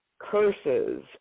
curses